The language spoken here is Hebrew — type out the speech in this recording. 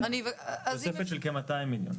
תוספת של כ-200 מיליון.